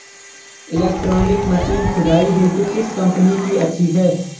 Electronic machine खुदाई हेतु किस कंपनी की अच्छी है?